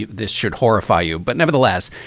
this should horrify you. but nevertheless,